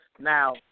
Now